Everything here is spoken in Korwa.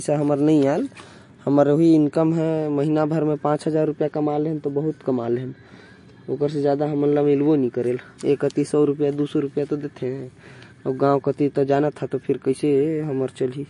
सौ मिलेल। पांच हजार महीना कमाथी बस।